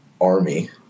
army